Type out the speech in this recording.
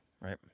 right